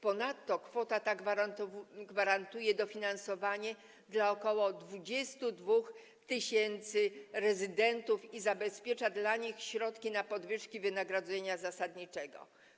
Ponadto kwota ta gwarantuje dofinansowanie dla ok. 22 tys. rezydentów i zabezpiecza dla nich środki na podwyżki wynagrodzenia zasadniczego.